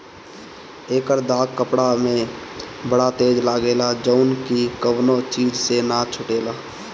एकर दाग कपड़ा में बड़ा तेज लागेला जउन की कवनो चीज से ना छुटेला